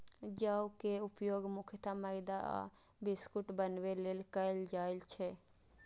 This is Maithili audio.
जौ के उपयोग मुख्यतः मैदा आ बिस्कुट बनाबै लेल कैल जाइ छै